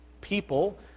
people